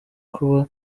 kuba